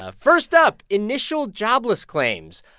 ah first up, initial jobless claims.